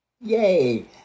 yay